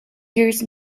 hears